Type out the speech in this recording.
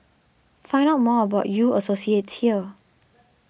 find out more about U Associates here